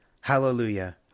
Hallelujah